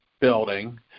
building